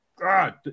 god